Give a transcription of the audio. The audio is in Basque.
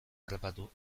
harrapatu